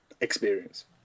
experience